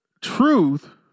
Truth